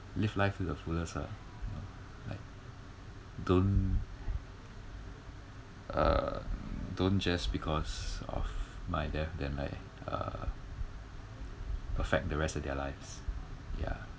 live life to the fullest lah like don't uh don't just because of my death then like uh affect the rest of their lives ya